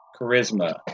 Charisma